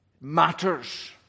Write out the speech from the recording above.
matters